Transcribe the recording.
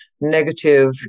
negative